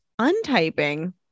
untyping